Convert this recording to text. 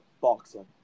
Boxing